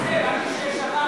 ראשונה